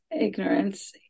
ignorance